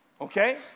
okay